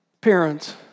Parents